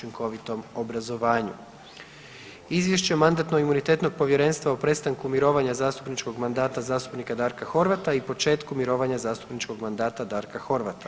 Izvješće o Mandatno-imunitetnog povjerenstva o prestanku mirovanja zastupničkog mandata zastupnika Darka Horvata i početku mirovanja zastupničkog mandata Darka Horvata.